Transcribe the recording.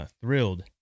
thrilled